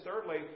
thirdly